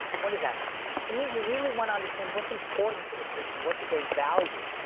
what does that mean? it means we really want to understand what's important to the patient, what do they value,